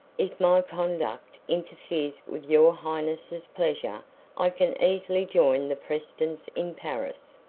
if my conduct interferes with your highness's pleasure i can easily join the prestons in paris.